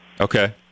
Okay